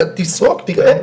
תסרוק, תראה.